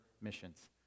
missions